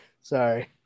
sorry